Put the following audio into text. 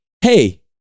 hey